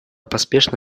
поспешно